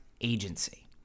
agency